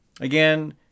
Again